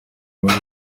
mibare